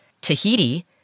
Tahiti